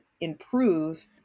improve